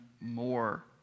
more